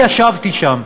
אני ישבתי שם,